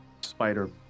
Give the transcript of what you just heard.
spider